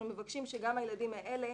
מבקשים שהזכאות גם של הילדים האלה